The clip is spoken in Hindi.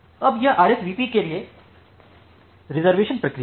अब यह RSVP के लिए रिज़र्वेशन प्रक्रिया है